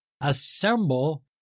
assemble